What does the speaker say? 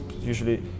usually